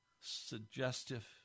suggestive